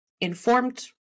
informed